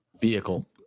vehicle